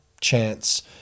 chance